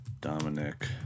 Dominic